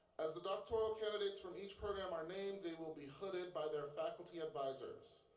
as the doctoral candidates from each program are named, they will be hooded by their faculty advisors.